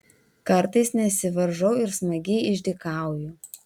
kartais nesivaržau ir smagiai išdykauju